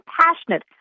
passionate